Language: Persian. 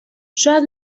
شایدم